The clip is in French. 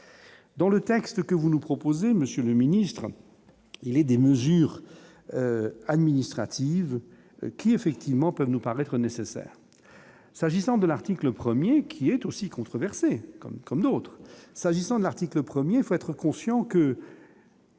dans le texte que vous nous proposez monsieur le ministre, il est des mesures administratives qui effectivement peuvent nous paraître nécessaire, s'agissant de l'article 1er qui est aussi controversé comme comme d'autres s'agissant de